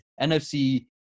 NFC